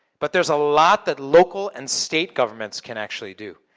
but there's a lot that local and state governments can actually do.